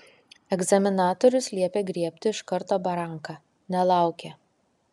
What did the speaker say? egzaminatorius liepė griebti iš karto baranką nelaukė